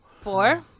Four